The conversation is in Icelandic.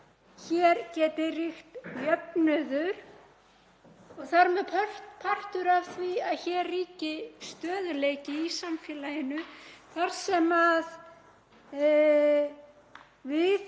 hér geti ríkt jöfnuður og þar með partur af því að hér ríki stöðugleiki í samfélaginu þar sem við